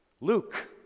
Luke